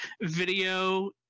video